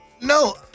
No